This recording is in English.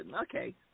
Okay